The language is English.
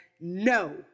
no